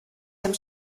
dem